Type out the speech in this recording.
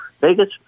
Vegas